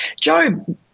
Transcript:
Joe